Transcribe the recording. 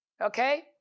Okay